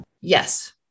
Yes